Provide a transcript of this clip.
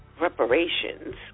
reparations